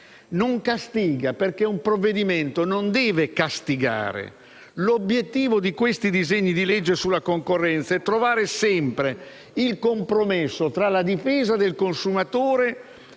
del Paese, perché un provvedimento non deve castigare. L'obiettivo dei disegno di legge sulla concorrenza è quello di trovare sempre il compromesso tra la difesa del consumatore